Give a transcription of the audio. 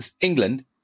England